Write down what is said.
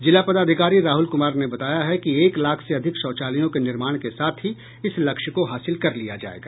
जिला पदाधिकारी राहुल कुमार ने बताया है कि एक लाख से अधिक शौचालयों के निर्माण के साथ ही इस लक्ष्य को हासिल कर लिया जाएगा